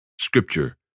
Scripture